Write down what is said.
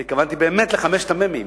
אני התכוונתי באמת לחמשת המ"מים,